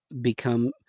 become